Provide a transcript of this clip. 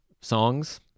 songs